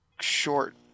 short